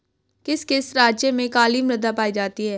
किस किस राज्य में काली मृदा पाई जाती है?